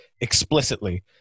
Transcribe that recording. explicitly